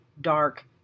dark